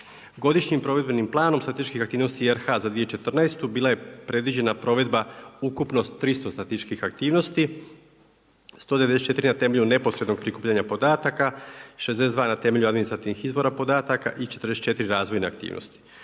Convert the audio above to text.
Godišnjim provedbenim planom statističkih aktivnosti RH za 2014. bila je predviđena provedba ukupnost 300 statističkih aktivnosti, 194 na temelju neposrednog prikupljanja podataka, 62 na temelju administrativnih izvora podatak i 44 razvojne aktivnosti.